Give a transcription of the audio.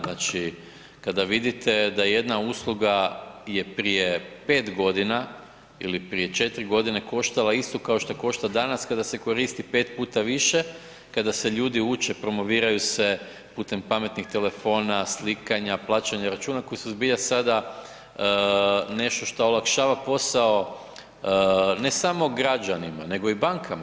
Znači, kada vidite da jedna usluga je prije 5 godina ili priče 4 godine koštala isto kao što košta danas kada se koristi 5 puta više, kada se ljudi uče, promoviraju se putem pametnih telefona, slikanja, plaćanja računa koji su zbilja sada nešto šta olakšava posao ne samo građanima nego i bankama.